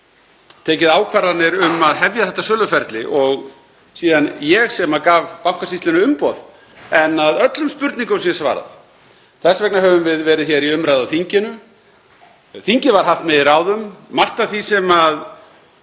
tekið ákvarðanir um að hefja þetta söluferli og ég sem gaf Bankasýslunni umboð, en að öllum spurningum sé svarað. Þess vegna höfum við verið í umræðu á þinginu. Þingið var haft með í ráðum. Margt af því sem